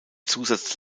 zusatz